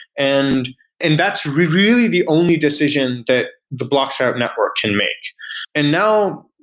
and and that's really the only decision that the block trout network can make and now,